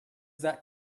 that